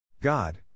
God